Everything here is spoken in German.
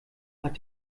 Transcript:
hat